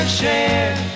share